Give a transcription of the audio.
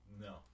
No